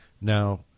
Now